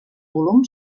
volum